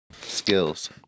Skills